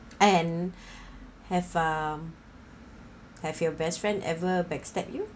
and have um have your best friend ever backstab you